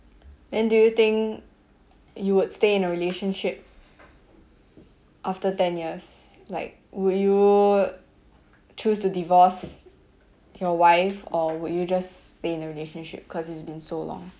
then do you think you would stay in a relationship after ten years like would you choose to divorce your wife or would you just stay in a relationship cause it's been so long